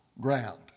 ground